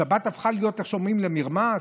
שבת הפכה להיות, איך שאומרים, למרמס?